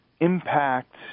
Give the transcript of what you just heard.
impact